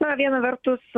na viena vertus